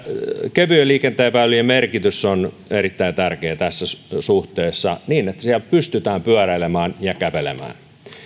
kevyen liikenteen väylien merkitys on erittäin tärkeä tässä suhteessa se että siellä pystytään pyöräilemään ja kävelemään